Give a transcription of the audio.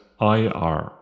IR